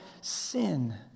sin